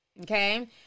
Okay